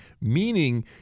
Meaning